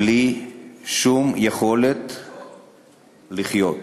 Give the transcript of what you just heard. בלי שום יכולת לחיות.